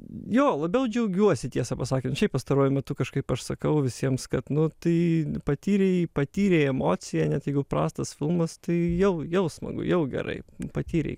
jo labiau džiaugiuosi tiesą pasakius šiaip pastaruoju metu kažkaip aš sakau visiems kad nu tai patyrei patyrei emociją net jeigu prastas filmas tai jau jau smagu jau gerai patyrei